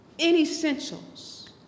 Inessentials